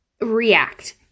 react